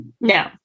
No